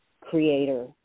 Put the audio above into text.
creator